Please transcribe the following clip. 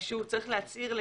הוא צריך להצהיר.